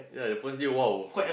yea the first day !wow!